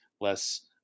less